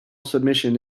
submission